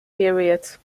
periods